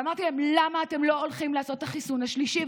ואמרתי להם: למה אתם לא הולכים לעשות החיסון השלישי?